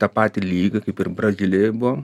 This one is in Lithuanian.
tą patį lygį ir brazilijoj buvo